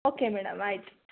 okay madam ಆಯಿತು